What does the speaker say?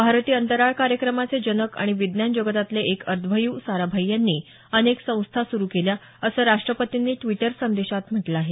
भारतीय अंतराळ कार्यक्रमाचे जनक आणि विज्ञान जगतातले एक अर्ध्वयू साराभाई यांनी अनेक संस्था सुरू केल्या असं राष्ट्रपतींनी ट्विटर संदेशात म्हटलं आहे